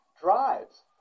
drives